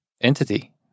entity